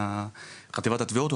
חטיבת התלונות,